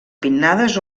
pinnades